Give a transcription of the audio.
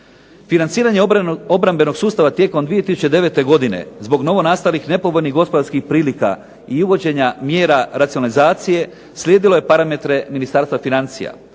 Financiranje obrambenog sustava tijekom 2009. godine, zbog novonastalih nepovoljnih gospodarskih prilika i uvođenja mjera racionalizacije slijedilo je parametre Ministarstva financija.